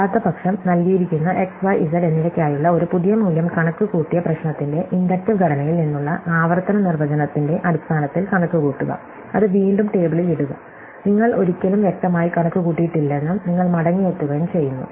അല്ലാത്തപക്ഷം നൽകിയിരിക്കുന്ന x y z എന്നിവയ്ക്കായുള്ള ഒരു പുതിയ മൂല്യം കണക്കുകൂട്ടിയ പ്രശ്നത്തിന്റെ ഇൻഡക്റ്റീവ് ഘടനയിൽ നിന്നുള്ള ആവർത്തന നിർവചനത്തിന്റെ അടിസ്ഥാനത്തിൽ കണക്കുകൂട്ടുക അത് വീണ്ടും ടേബിളിൽ ഇടുക നിങ്ങൾ ഒരിക്കലും വ്യക്തമായി കണക്കുകൂട്ടിയിട്ടില്ലെന്നും നിങ്ങൾ മടങ്ങിയെത്തുകയും ചെയ്യുന്നു